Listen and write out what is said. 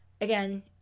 again